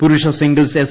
പുരുഷ singles S